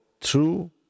true